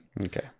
Okay